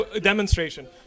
Demonstration